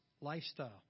lifestyle